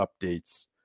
updates